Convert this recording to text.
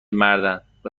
مردن، به